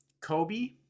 Kobe